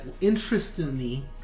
Interestingly